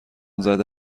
زده